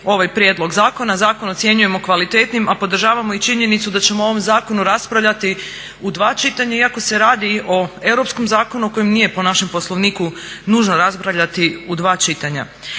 ovaj prijedlog zakona, zakon ocjenjujemo kvalitetnim, a podržavamo i činjenicu da ćemo o ovom zakonu raspravljati u dva čitanja iako se radi o europskom zakonu koji nije po našem Poslovniku nužno raspravljati u dva čitanja.